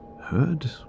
heard